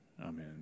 Amen